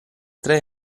tre